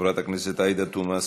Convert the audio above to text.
חברת הכנסת עאידה תומא סלימאן,